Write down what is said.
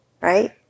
right